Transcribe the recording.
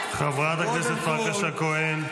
חברת הכנסת פרקש הכהן.